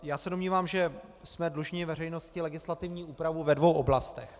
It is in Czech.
Já se domnívám, že jsme dlužni veřejnosti legislativní úpravu ve dvou oblastech.